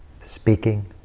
Speaking